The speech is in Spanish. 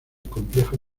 complejo